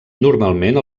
normalment